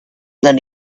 then